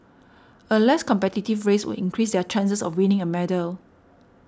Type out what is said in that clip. a less competitive race would increase their chances of winning a medal